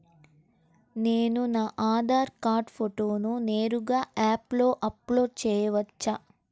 నేను నా ఆధార్ కార్డ్ ఫోటోను నేరుగా యాప్లో అప్లోడ్ చేయవచ్చా?